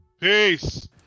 Peace